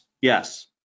Yes